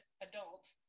adult